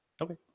Okay